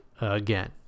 again